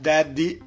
Daddy